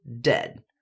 dead